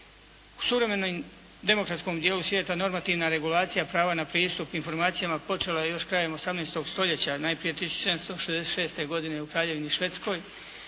U suvremenom demokratskom dijelu svijeta normativna regulacija prava na pristup informacijama počela je još krajem 18. stoljeća najprije 1766. godine u Kraljevini Švedskoj,